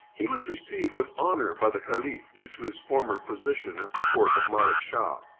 he was received with honor by the caliph, due to his former position at the court of malik shah.